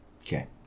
Okay